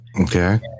okay